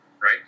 right